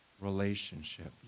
relationship